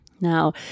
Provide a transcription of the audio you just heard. Now